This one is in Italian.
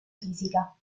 fisica